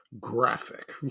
graphic